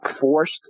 forced